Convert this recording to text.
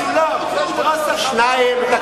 משולב, פרס ה"חמאס" ופרס ה"חיזבאללה".